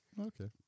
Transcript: okay